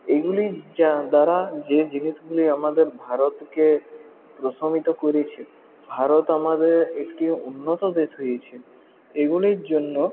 এগুলির যা দ্বারা যে জিনিসগুলি আমাদের ভারতকে প্রশমিত করেছে ভারত আমাদের একটি উন্নত দেশ হয়েছে এগুলির জন্য